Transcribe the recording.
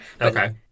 Okay